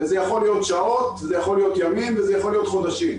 וזה יכול להיות שעות וזה יכול להיות ימים וזה יכול להיות חודשים,